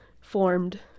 formed